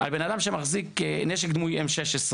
על בן אדם שמחזיק נשק דמוי M-16,